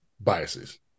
biases